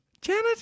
Janet